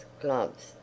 gloves